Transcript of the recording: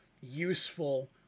useful